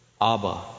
Abba